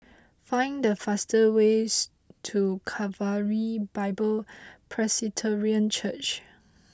find the fastest way to Calvary Bible Presbyterian Church